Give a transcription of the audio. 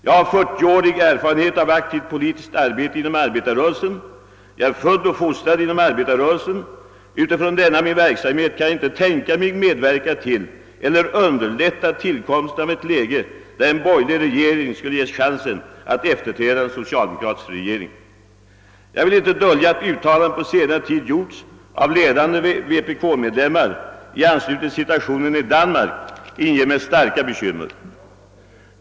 Jag har 40-årig erfarenhet av aktivt politiskt arbete inom arbetarrörelsen och jag är född och fostrad inom denna. Med denna bakgrund kan jag inte tänka mig att medverka till eller underlätta tillkomsten av ett läge där en borgerlig regering skulle ges chansen att efterträda en socialdemokratisk. Jag vill inte dölja att uttalanden som under senare tid gjorts av ledande medlemmar av vänsterpartiet kommunisterna med anledning av situationen i Danmark inger mig stora bekymmer.